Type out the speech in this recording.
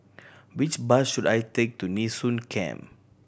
which bus should I take to Nee Soon Camp